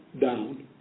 down